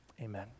Amen